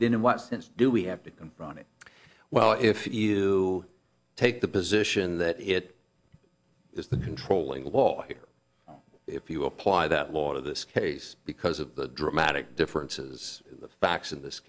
english in what sense do we have to confront it well if you take the position that it is the controlling lawyer if you apply that lot of this case because of the dramatic differences in the facts of this